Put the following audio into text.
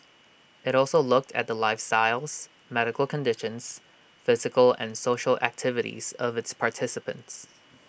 IT also looked at the lifestyles medical conditions physical and social activities of its participants